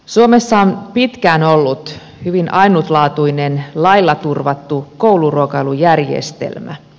suomessa on pitkään ollut hyvin ainutlaatuinen lailla turvattu kouluruokailujärjestelmä